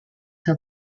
have